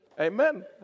Amen